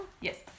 Yes